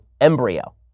embryo